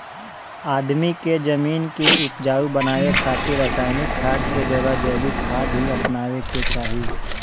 आदमी के जमीन के उपजाऊ बनावे खातिर रासायनिक खाद के जगह जैविक खाद ही अपनावे के चाही